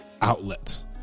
outlets